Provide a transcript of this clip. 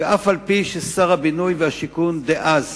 ואף-על-פי ששר הבינוי והשיכון דאז